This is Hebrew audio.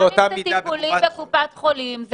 גם אם זה טיפולי בקופת חולים,